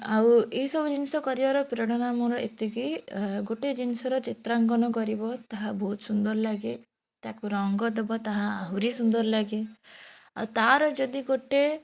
ଆଉ ଏସବୁ ଜିନିଷ କରିବାର ପ୍ରେରଣା ମୋର ଏତେ କି ଗୋଟିଏ ଜିନିଷର ଚିତ୍ରାଙ୍କନ କରିବ ତାହା ବହୁତ ସୁନ୍ଦର ଲାଗେ ତାକୁ ରଙ୍ଗ ଦେବା ତାହା ଆହୁରି ସୁନ୍ଦର ଲାଗେ ଆଉ ତାର ଯଦି ଗୋଟିଏ